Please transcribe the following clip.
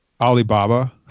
Alibaba